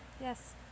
Yes